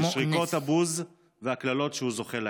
ושריקות הבוז והקללות שהוא זוכה להן.